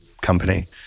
company